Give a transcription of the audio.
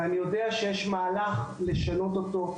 אני יודע שיש מהלך לשנות אותו.